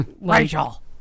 Rachel